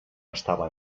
estava